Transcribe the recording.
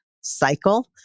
cycle